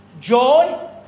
Joy